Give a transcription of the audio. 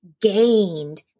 gained